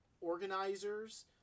organizers